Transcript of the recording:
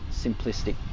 simplistic